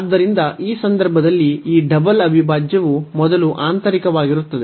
ಆದ್ದರಿಂದ ಈ ಸಂದರ್ಭದಲ್ಲಿ ಈ ಡಬಲ್ ಅವಿಭಾಜ್ಯವು ಮೊದಲು ಆಂತರಿಕವಾಗಿರುತ್ತದೆ